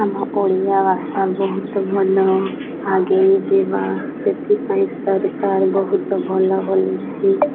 ଆମ ଓଡ଼ିଆ ଭାଷା ବହୁତ ଭଲ ଆଗେଇ ଯିବା ସେଥିପାଇଁ ସରକାର ବହୁତ ଭଲ ବୋଲିଛି